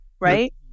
right